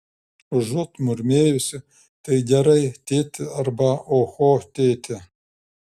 užuot murmėjusi tai gerai tėti arba oho tėti